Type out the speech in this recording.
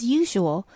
usual